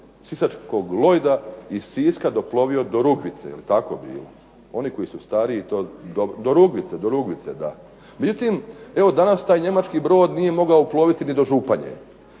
Sisačkog lojda iz Siska doplovio do Rugvice, jel tako bilo. Oni koji su stariji, do Rugvice da. Međutim, evo danas taj njemački broj nije mogao ploviti ni do Županje.